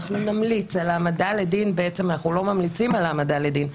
אנחנו נמליץ על העמדה לדין בעצם אנחנו לא ממליצים על העמדה לדין.